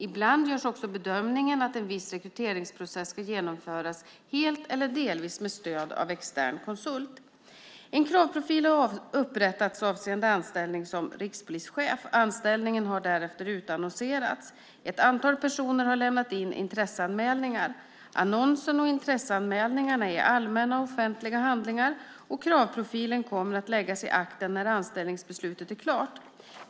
Ibland görs också bedömningen att en viss rekryteringsprocess ska genomföras helt eller delvis med stöd av extern konsult. En kravprofil har upprättats avseende anställning som rikspolischef. Anställningen har därefter utannonserats. Ett antal personer har lämnat in intresseanmälningar. Annonsen och intresseanmälningarna är allmänna och offentliga handlingar, och kravprofilen kommer att läggas i akten när anställningsbeslutet är klart.